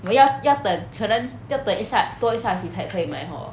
我要要等可能要等一下多一下只才可以买 hor